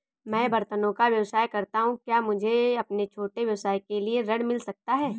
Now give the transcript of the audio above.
मैं बर्तनों का व्यवसाय करता हूँ क्या मुझे अपने छोटे व्यवसाय के लिए ऋण मिल सकता है?